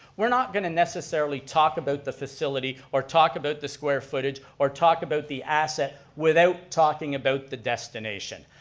we're not going to necessarily talk about the facility, or talk about the square footage, or talk about the asset without talking about the destination.